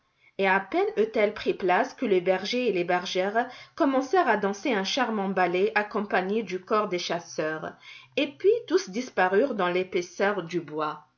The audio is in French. et à peine eut-elle pris place que les bergers et les bergères commencèrent à danser un charmant ballet accompagné du cor des chasseurs et puis tous disparurent dans l'épaisseur du bois